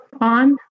on